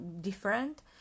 different